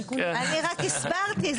אני רק הסברתי.